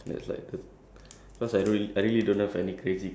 and then he got fined the second time at the same place also